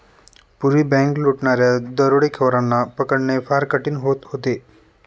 पूर्वी बँक लुटणाऱ्या दरोडेखोरांना पकडणे फार कठीण होत होते